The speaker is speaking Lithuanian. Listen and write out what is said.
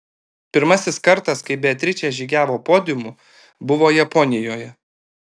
pirmasis kartas kai beatričė žygiavo podiumu buvo japonijoje